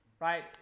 Right